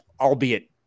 albeit